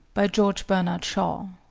by george bernard shaw